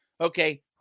Okay